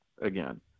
again